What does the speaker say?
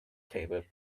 table